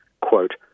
quote